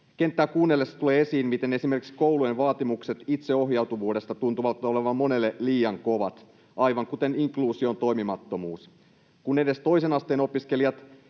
Kenttää kuunnellessa tulee esiin, miten esimerkiksi koulujen vaatimukset itseohjautuvuudesta tuntuvat olevan monelle liian kovat, aivan kuten inkluusion toimimattomuus. Kun edes toisen asteen opiskelijat